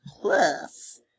plus